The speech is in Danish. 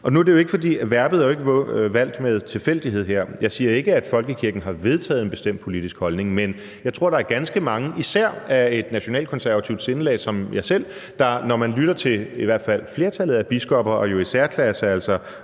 overordnede synspunkter. Verbet er jo ikke valgt med tilfældighed her. Jeg siger ikke, at folkekirken har vedtaget en bestemt politisk holdning, men jeg tror, der er ganske mange, især af et nationalkonservativt sindelag som jeg selv, der, når de lytter til i hvert fald flertallet af biskopper og jo i særklasse altså